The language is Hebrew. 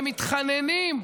הם מתחננים,